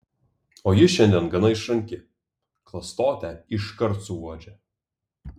o ji šiandien gana išranki klastotę iškart suuodžia